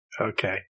Okay